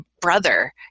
brother